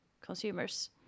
consumers